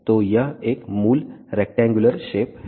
तो यह एक मूल रैक्टेंगुलर शेप है